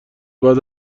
بعد